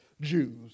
Jews